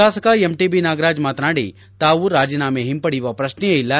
ಶಾಸಕ ಎಂಟಬಿ ನಾಗರಾಜ್ ಮಾತನಾಡಿ ತಾವು ರಾಜೀನಾಮೆ ಹಿಂಪಡೆಯುವ ಪ್ರಕ್ಷೆಯೇ ಇಲ್ಲ